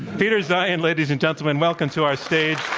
peter zeihan, ladies and gentlemen. welcome to our stage.